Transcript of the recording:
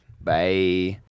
Bye